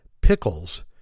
pickles